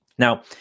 Now